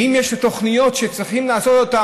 ואם יש תוכניות שצריכים לעשות אותן,